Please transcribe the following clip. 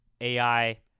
AI